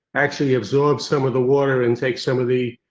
actually absorb some of the water and take some of the,